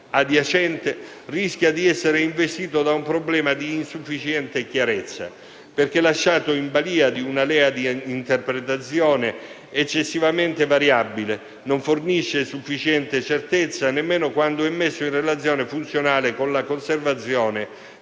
adiacente, rischia di essere investito da un problema di insufficiente chiarezza, perché lasciato in balia di un'alea di interpretazione eccessivamente variabile e non fornisce sufficiente certezza, nemmeno quando è messo in relazione funzionale con la conservazione